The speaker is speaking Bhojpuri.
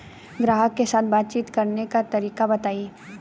ग्राहक के साथ बातचीत करने का तरीका बताई?